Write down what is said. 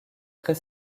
très